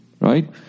right